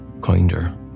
kinder